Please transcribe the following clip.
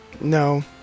No